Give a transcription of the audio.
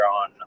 on